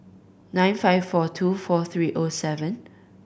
nine five four two four three O seven